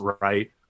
right